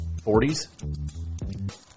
40s